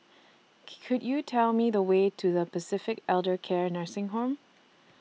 Could YOU Tell Me The Way to The Pacific Elder Care Nursing Home